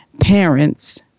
parents